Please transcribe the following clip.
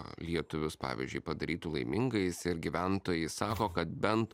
lietuvius pavyzdžiui padarytų laimingais ir gyventojai sako kad bent